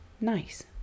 Nice